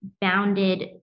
bounded